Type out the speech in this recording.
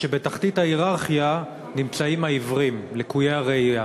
בתחתית ההייררכיה נמצאים העיוורים, לקויי הראייה,